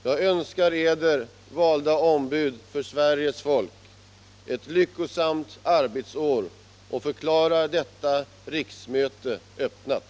Jag önskar eder, valda ombud för Sveriges folk, ett lyckosamt arbetsår och förklarar detta riksmöte öppnat.